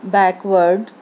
back ward